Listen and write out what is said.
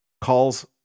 calls